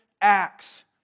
acts